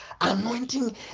Anointing